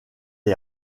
est